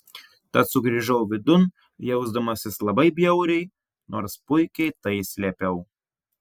tad sugrįžau vidun jausdamasis labai bjauriai nors puikiai tai slėpiau